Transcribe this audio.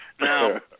Now